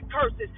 curses